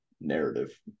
narrative